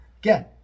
Again